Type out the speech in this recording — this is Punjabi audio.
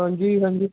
ਹਾਂਜੀ ਹਾਂਜੀ